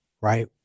right